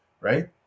right